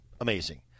amazing